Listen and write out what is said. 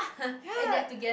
ya